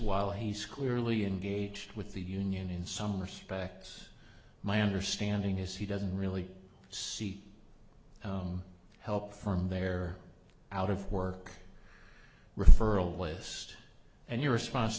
while he's clearly in gauged with the union in some respects my understanding is he doesn't really seek help from their out of work referral list and your response